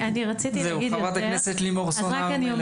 חברת הכנסת לימור סון הר-מלך.